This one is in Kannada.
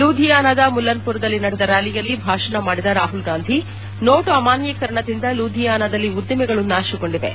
ಲೂಧಿಯಾನದ ಮುಲ್ಲನ್ಪುರದಲ್ಲಿ ನಡೆದ ರ್್ಾಲಿಯಲ್ಲಿ ಭಾಷಣ ಮಾಡಿದ ರಾಹುಲ್ ಗಾಂಧಿ ನೋಟು ಅಮಾನ್ಯೀಕರಣದಿಂದ ಲೂಧಿಯಾನದಲ್ಲಿ ಉದ್ದಿಮೆಗಳು ನಾಶಗೊಂಡಿವೆ